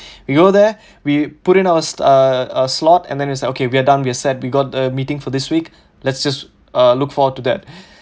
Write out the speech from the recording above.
we go there we put in our uh uh slot and then it's like okay we are done we are set we got a meeting for this week let's just uh look forward to that